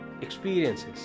experiences